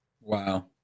Wow